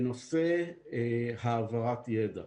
בנושא העברת ידע,